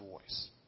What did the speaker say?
voice